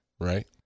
Right